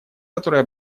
которая